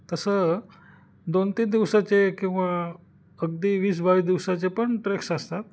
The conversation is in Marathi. तसं दोन तीन दिवसाचे किंवा अगदी वीस बावीस दिवसाचे पण ट्रेक्स असतात